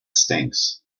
stinks